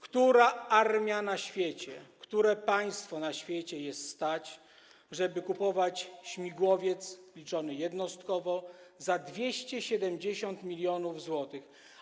Którą armię na świecie, które państwo na świecie stać, żeby kupować śmigłowiec liczony jednostkowo za 270 mln zł?